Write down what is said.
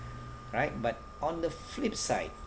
right but on the flip side